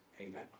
Amen